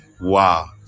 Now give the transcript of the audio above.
wow